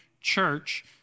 Church